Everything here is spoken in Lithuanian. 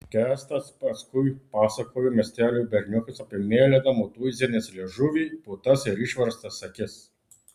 kęstas paskui pasakojo miestelio berniukams apie mėlyną motūzienės liežuvį putas ir išverstas akis